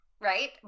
right